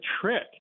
trick